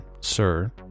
sir